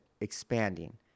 expanding